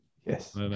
Yes